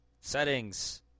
Settings